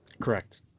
Correct